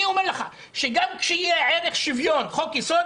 אני אומר לך שגם כשיהיה ערך שוויון חוק יסוד